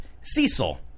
Cecil